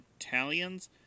Italians